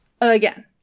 again